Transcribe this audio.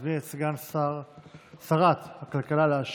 אני מזמין את סגן שרת הכלכלה להשיב,